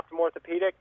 Orthopedic